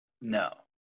No